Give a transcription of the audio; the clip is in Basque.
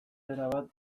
erabat